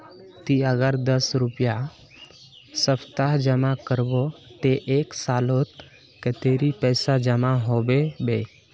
ती अगर दस रुपया सप्ताह जमा करबो ते एक सालोत कतेरी पैसा जमा होबे बे?